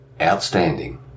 outstanding